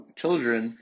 children